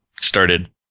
started